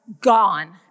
gone